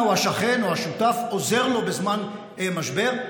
או השכן או השותף עוזרים לו בזמן משבר?